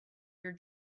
your